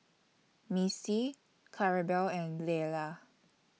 Missy Claribel and Leila